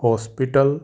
hospital